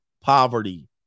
poverty